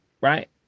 right